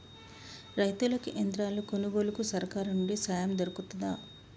రైతులకి యంత్రాలు కొనుగోలుకు సర్కారు నుండి సాయం దొరుకుతదా?